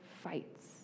Fights